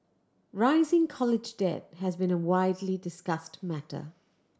rising college debt has been a widely discussed matter